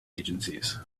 agencies